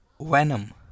Venom